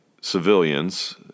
civilians